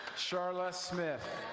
charlotte smith.